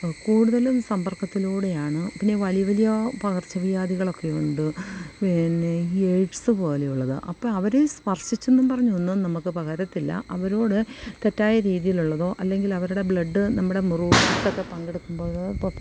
കൂടുതലും സമ്പർക്കത്തിലൂടെയാണ് പിന്നെ വലിയ വലിയ പകർച്ച വ്യാധികളൊക്കെയുണ്ട് പിന്നെ ഈ എയ്ഡ്സ് പോലെയുള്ളത് അപ്പോൾ അവർ സ്പർശിച്ചുവെന്നു പറഞ്ഞൊന്നും നമുക്ക് പകരത്തില്ല അവരോട് തെറ്റായ രീതിയിലുള്ളതോ അല്ലെങ്കിൽ അവരുടെ ബ്ലഡ് നമ്മുടെ മുറിവ് പങ്കെടുക്കുമ്പോഴോ